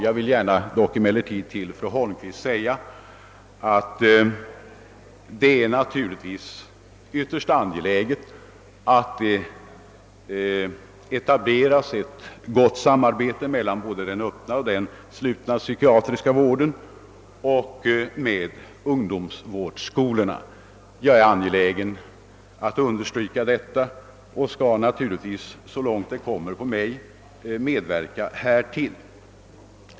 Jag vill emellertid gärna säga till fru Holmqvist att det naturligtvis är ytterst angeläget att ett gott samarbete etableras såväl med den öppna och slutna psykiatriska vården som med ungdomsvårdsskolorna. Jag vill understryka detta och jag skall naturligtvis, såvitt på mig ankommer, medverka härtill. Herr talman!